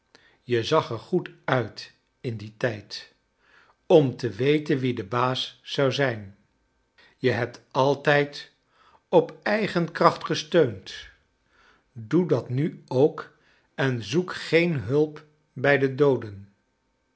je zag er goed uifc in dien tijd om te weten wie de baas zou zijn je hebt altijd op eigen kracht gesteund doe dat nu ook en zoek geen hulp bij de d ooden